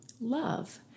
love